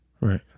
Right